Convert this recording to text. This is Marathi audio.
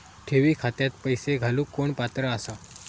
ठेवी खात्यात पैसे घालूक कोण पात्र आसा?